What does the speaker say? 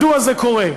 מדוע זה קורה?